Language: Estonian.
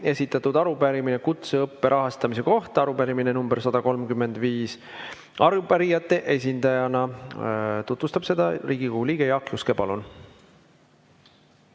esitatud arupärimine kutseõppe rahastamise kohta, arupärimine number 135. Arupärijate esindajana tutvustab seda Riigikogu liige Jaak Juske. Palun!